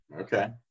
okay